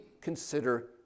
consider